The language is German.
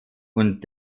und